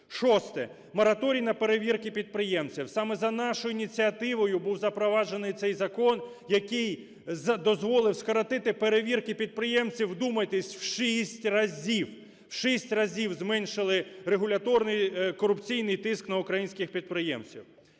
Шосте. Мораторій на перевірки підприємців. Саме за нашою ініціативою був запроваджений цей закон, який дозволив скоротити перевірки підприємців, вдумайтесь, в 6 разів, в 6 разів зменшили регуляторний корупційний тиск на українських підприємців.